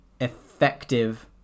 effective